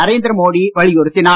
நரேந்திர மோடி வலியுறுத்தினார்